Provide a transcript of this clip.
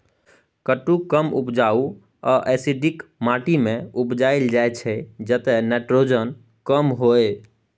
कुट्टू कम उपजाऊ आ एसिडिक माटि मे उपजाएल जाइ छै जतय नाइट्रोजन कम होइ